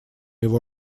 его